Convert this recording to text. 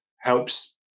helps